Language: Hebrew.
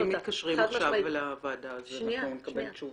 ואם מתקשרים עכשיו לוועדה אז אנחנו נקבל תשובה?